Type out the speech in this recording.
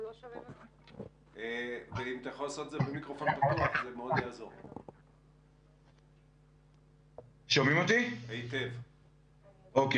רק